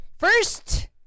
First